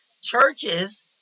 churches